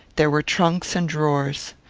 there were trunks and drawers.